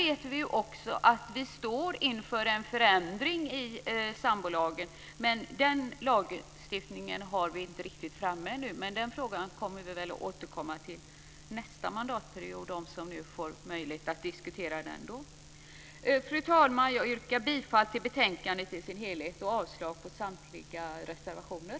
Vi står inför en förändring av sambolagen. Den har vi inte framme ännu. Den frågan återkommer vi till nästa mandatperiod, de som får möjlighet att diskutera den då. Fru talman! Jag yrkar bifall till utskottets förslag i betänkandet i dess helhet och avslag på samtliga reservationer.